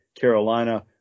Carolina